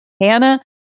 Hannah